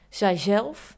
zijzelf